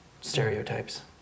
stereotypes